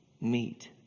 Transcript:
meet